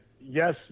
yes